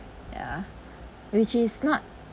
ya which is not